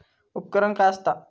उपकरण काय असता?